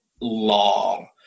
long